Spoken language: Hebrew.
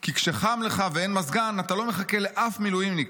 כי כשחם לך ואין מזגן אתה לא מחכה לאף מילואימניק.